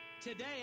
Today